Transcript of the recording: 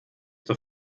der